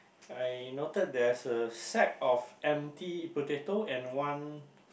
I noted there's a sack of empty potato and one